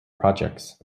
projects